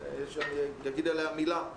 שאני אגיד עליה מילה.